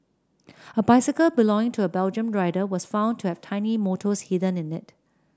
a bicycle belonging to a Belgian rider was found to have tiny motors hidden in it